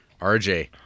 RJ